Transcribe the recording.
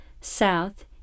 south